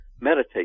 meditate